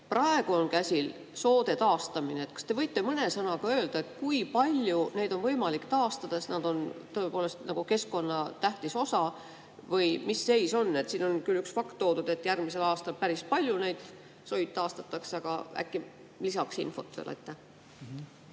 Praegu on käsil soode taastamine. Kas te võite mõne sõnaga öelda, kui palju neid on võimalik taastada, sest nad on tõepoolest keskkonna tähtis osa? Või mis seis on? Siin on toodud küll üks fakt, et järgmisel aastal päris palju soid taastatakse, aga äkki lisaksite veel infot.